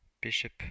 bishop